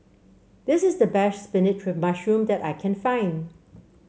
this is the best spinach with mushroom that I can find